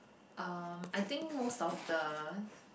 um I think most of the